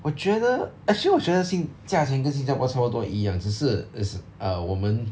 我觉得 actually 我觉得新价钱跟新加坡差不多一样只是 it's ah 我们